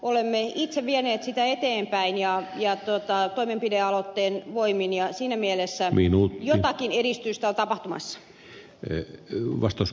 olemme itse vieneet sitä eteenpäin toimenpidealoitteen voimin ja siinä mielessä jotakin edistystä on tapahtumassa